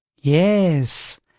Yes